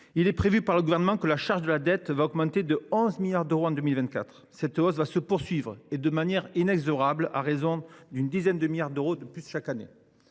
2024. Ainsi, le Gouvernement prévoit que la charge de la dette augmentera de 11 milliards d’euros en 2024. Cette hausse se poursuivra de manière inexorable, à raison d’une dizaine de milliards d’euros de plus chaque année